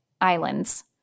islands